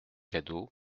cadeaux